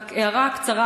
רק הערה קצרה